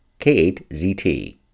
K8ZT